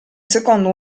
secondo